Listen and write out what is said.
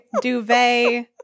duvet